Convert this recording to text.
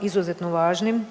izuzetno važnim,